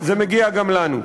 זה מגיע גם לנו.